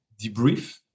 debrief